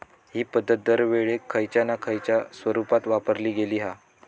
हि पध्दत दरवेळेक खयच्या ना खयच्या स्वरुपात वापरली गेली हा